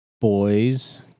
boys